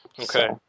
Okay